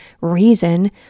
reason